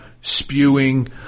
spewing